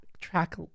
Track